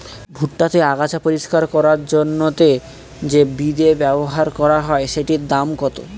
ভুট্টা তে আগাছা পরিষ্কার করার জন্য তে যে বিদে ব্যবহার করা হয় সেটির দাম কত?